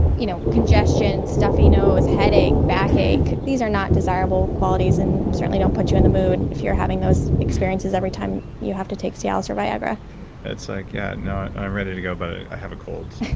you know congestion, stuffy nose, headache, backache. these are not desirable qualities and certainly don't put you in the mood if you're having those experiences every time you have to take cialis or viagra that's like, yeah, no i'm ready to go but i have a cold.